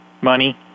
Money